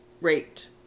raped